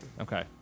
okay